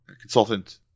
consultant